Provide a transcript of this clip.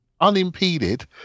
unimpeded